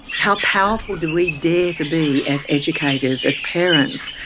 how powerful do we dare to be as educators, as parents,